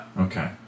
Okay